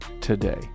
today